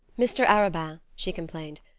mr. arobin, she complained,